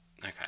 Okay